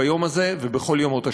ביום הזה ובכל ימות השנה.